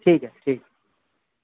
ٹھیک ہے ٹھک